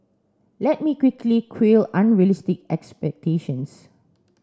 let me quickly quell unrealistic expectations